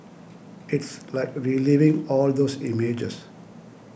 it's like reliving all those images